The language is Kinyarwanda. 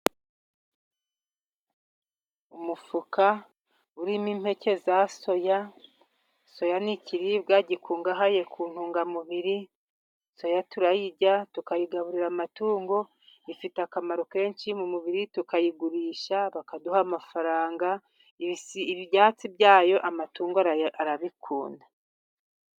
Umufuka urimo impeke za soya. Soya ni ikiribwa gikungahaye ku ntungamubiri. Soya turayirya, tukayigaburira amatungo. Ifite akamaro kenshi mu mubiri, tukayigurisha bakaduha amafaranga. Ibyatsi byayo amatungo arabikunda.